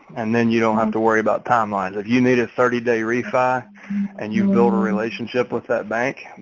and then you don't have to worry about timelines. if you need a thirty day refi and you build a relationship with that bank,